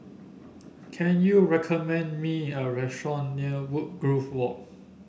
can you recommend me a restaurant near Woodgrove Walk